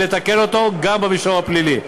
לתקן אותו גם במישור הפלילי.